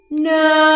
No